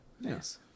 Yes